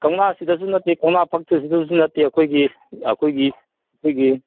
ꯀꯧꯅꯥꯁꯤꯗꯁꯨ ꯅꯠꯇꯦ ꯀꯧꯅꯥ ꯐꯛꯇꯨꯗꯁꯨ ꯅꯠꯇꯦ ꯑꯩꯈꯣꯏꯒꯤ